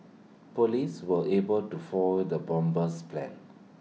Police were able to foil the bomber's plans